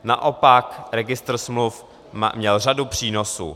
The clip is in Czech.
Naopak registr smluv měl řadu přínosů.